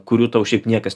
kurių tau šiaip niekas